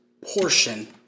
portion